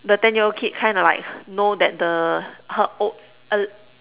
the ten year old kid kind of like know that the her old er~